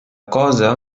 cosa